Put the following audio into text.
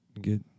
get